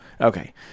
Okay